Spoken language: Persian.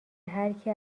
هرکی